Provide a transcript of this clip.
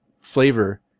flavor